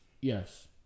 Yes